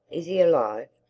is he alive?